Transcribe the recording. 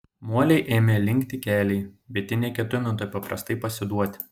molei ėmė linkti keliai bet ji neketino taip paprastai pasiduoti